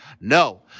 No